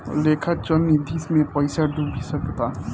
लेखा चल निधी मे पइसा डूब भी सकता